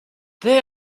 they